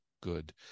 good